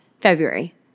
February